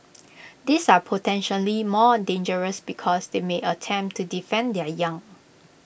these are potentially more dangerous because they may attempt to defend their young